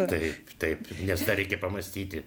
taip taip nes dar reikia pamąstyti